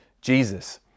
Jesus